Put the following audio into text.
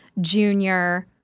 junior